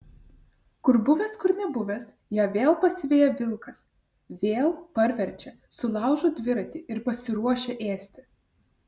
kur buvęs kur nebuvęs ją vėl pasiveja vilkas vėl parverčia sulaužo dviratį ir pasiruošia ėsti